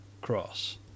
Cross